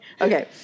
Okay